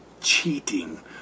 cheating